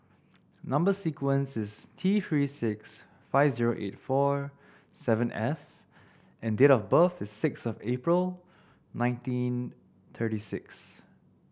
number sequence is T Three six five zero eight four seven F and date of birth is sixth of April nineteen thirty six